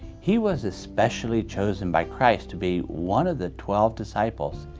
he was especially chosen by christ to be one of the twelve disciples.